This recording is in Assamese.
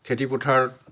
খেতি পথাৰত